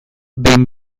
behin